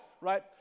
right